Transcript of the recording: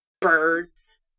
birds